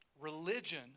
religion